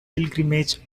pilgrimage